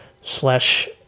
slash